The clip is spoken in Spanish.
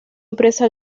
empresa